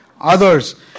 others